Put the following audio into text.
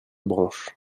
branche